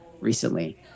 recently